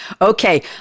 Okay